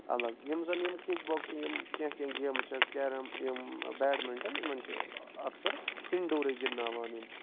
الگ یِم زن یِم زِ کِک بوکسنگ گیمہٕ چھِ کیرم یِم بیٹمِنٹن یِمن چھِ اَکثر اِنڈورٕے گِندناوان